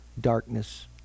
darkness